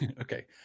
okay